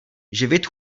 živit